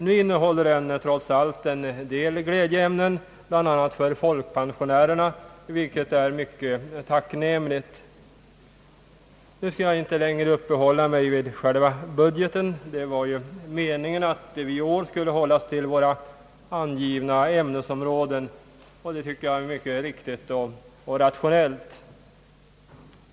Nu innehåller den trots allt en del glädjeämnen, bland annat för folkpensionärerna, vilket är tacknämligt. Jag skall inte uppehålla mig längre vid budgeten. Det var ju meningen att vi i år skulle hålla oss till våra angivna ämnesområden, vilket jag tycker är rationellt och riktigt.